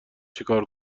چیکار